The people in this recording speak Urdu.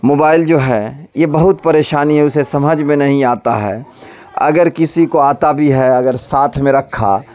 موبائل جو ہے یہ بہت پریشانیوں سے سمجھ میں نہیں آتا ہے اگر کسی کو آتا بھی ہے اگر ساتھ میں رکھا